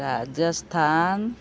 Rajasthan